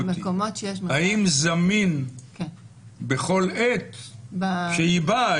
האם זמין בכל עת שהיא באה?